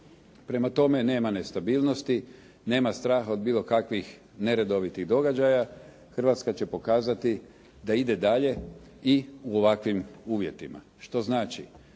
Prema tome, nema nestabilnosti, nema straha od bilo kakvih neredovitih događaja. Hrvatska će pokazati da ide dalje i u ovakvim uvjetima, što znači